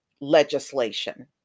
legislation